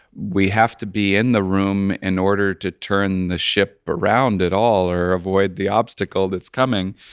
we have to be in the room in order to turn the ship around at all or avoid the obstacle that's coming.